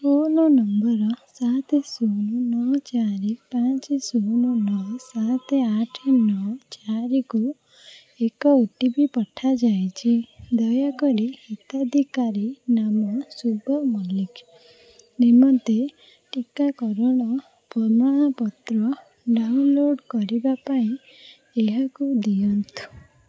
phone number ସାତ ଶୂନ ନଅ ଚାରି ପାଞ୍ଚ ଶୂନ ନଅ ସାତ ଆଠ ନଅ ଚାରିକୁ ଏକ ଓ ଟି ପି ପଠାଯାଇଛି ଦୟାକରି ହିତାଧିକାରୀ ନାମ ଶୁଭ ମଲ୍ଲିକ ନିମନ୍ତେ ଟିକାକରଣର ପ୍ରମାଣପତ୍ର ଡାଉନଲୋଡ଼୍ କରିବା ପାଇଁ ଏହାକୁ ଦିଅନ୍ତୁ